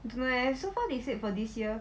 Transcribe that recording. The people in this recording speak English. don't know leh so far they said for this year